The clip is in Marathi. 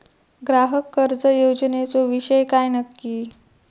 ग्राहक कर्ज योजनेचो विषय काय नक्की?